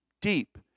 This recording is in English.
deep